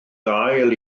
gael